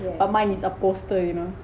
mine is a poster you know